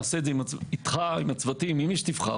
נעשה את זה איתך, עם הצוותים, עם מי שתחבר.